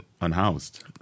unhoused